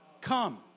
Come